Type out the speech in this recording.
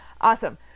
Awesome